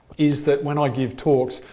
is that when i give talks,